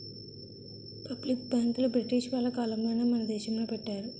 public బ్యాంకులు British వాళ్ళ కాలంలోనే మన దేశంలో పెట్టారు